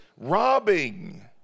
robbing